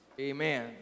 Amen